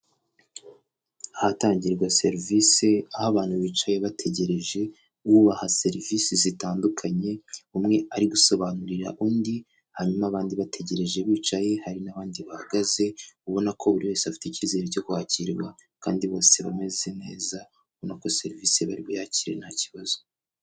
Ahatangirwa serivisi aho abantu bicaye bategereje ubaha serivisi zitandukanye umwe ari gusobanurira undi hanyuma abandi bategereje bicaye hari n'abandi bahagaze ubona ko buri wese afite icyizere cyo kwakirwa kandi bose bameze neza ubona uko serivisi bari bu yakire nta kibazo.